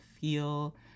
feel